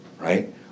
right